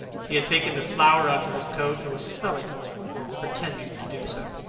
he had taken the flower out of his coat, and was smelling it, or pretending to do so.